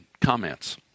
comments